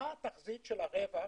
מה תחזית הרווח